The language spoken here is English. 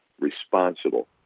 responsible